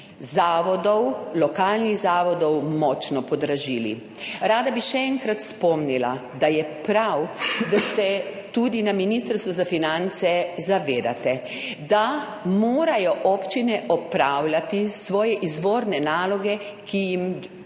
zavodov, lokalnih zavodov močno podražili. Rada bi še enkrat spomnila, da je prav, da se tudi na Ministrstvu za finance zavedate, da morajo občine opravljati svoje izvorne naloge, ki jim jih